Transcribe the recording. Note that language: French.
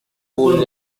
pour